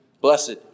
blessed